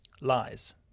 lies